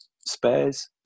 spares